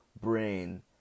brain